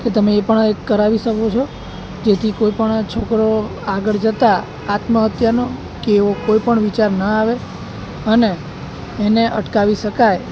કે તમે એ પણ એક કરાવી શકો છો જેથી કોઈ પણ છોકરો આગળ જતાં આત્મહત્યાનો કે એવો કોઈ પણ વિચાર ન આવે અને એને અટકાવી શકાય